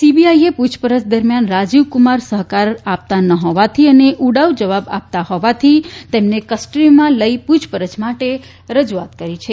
CBI એ પૂછપરછ દરમિયાન રાજીવ્કુમાર સહકાર આપતા ન હોવાથી અને ઉડાઉ જવાબ આપતા હોવાથી તેમને કસ્ટડીમાં લઇ પૂછપરછ માટે રજૂઆત કરી છે